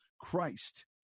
Christ